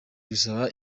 gusaba